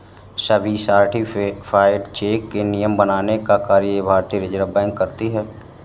सभी certified cheque के नियम बनाने का कार्य भारतीय रिज़र्व बैंक करती है